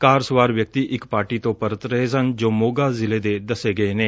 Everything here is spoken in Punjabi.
ਕਾਰ ਸਵਾਰ ਵਿਅਕਤੀ ਇਕ ਪਾਰਟੀ ਤੋਂ ਪਰਤ ਰਹੇ ਸਨ ਜੋ ਮੌਗਾ ਜ਼ਿਲ੍ਹੇ ਦੇ ਦੱਸੇ ਗਏ ਨੇ